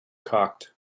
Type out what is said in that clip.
cocked